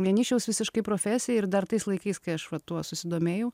vienišiaus visiškai profesija ir dar tais laikais kai aš va tuo susidomėjau